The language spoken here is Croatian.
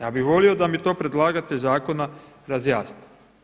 Ja bih volio da mi to predlagatelj zakona razjasni.